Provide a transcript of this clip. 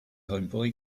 homeboy